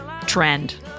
trend